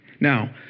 Now